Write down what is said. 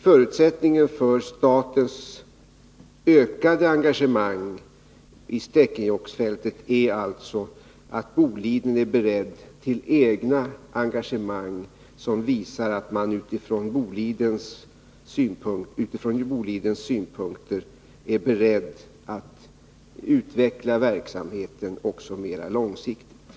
Förutsättningen för statens ökade engagemang i Stekenjokkområdet är alltså att Boliden är berett till egna engagemang för att utveckla verksamheten också mera långsiktigt.